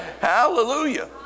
Hallelujah